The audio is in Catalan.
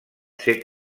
ser